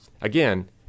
Again